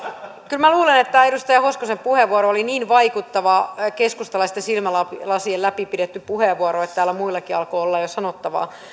kyllä minä luulen että edustaja hoskosen puheenvuoro oli niin vaikuttava keskustalaisten silmälasien läpi pidetty puheenvuoro että täällä muillakin alkoi olla jo sanottavaa